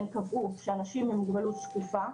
הן קבעו שאנשים עם מוגבלות שקופה,